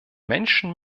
menschen